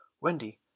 wendy